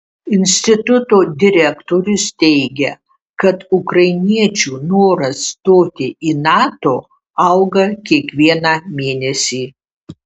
instituto direktorius teigia kad ukrainiečių noras stoti į nato auga kiekvieną mėnesį